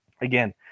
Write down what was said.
again